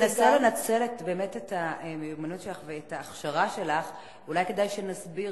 אני אנסה לנצל את המיומנות שלך ואת ההכשרה שלך: אולי כדאי שנסביר